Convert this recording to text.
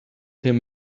him